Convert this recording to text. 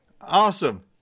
Awesome